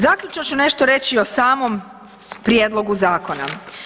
Zaključno ću nešto reći o samom prijedlogu zakona.